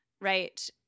right